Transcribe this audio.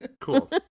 Cool